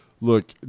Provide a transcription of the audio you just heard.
Look